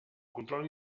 control